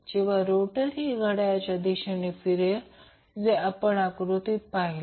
जेव्हा रोटर ही घडाळ्याच्या दिशेने फिरेल जे आपण आकृतीवरून पाहिले